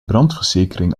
brandverzekering